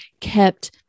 kept